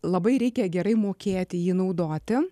labai reikia gerai mokėti jį naudoti